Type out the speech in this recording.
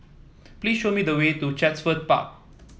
please show me the way to Chatsworth Park